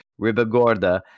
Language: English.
Ribagorda